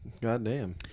Goddamn